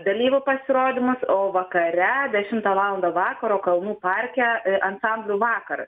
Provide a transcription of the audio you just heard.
dalyvių pasirodymus o vakare dešimtą valandą vakaro kalnų parke ansamblių vakarą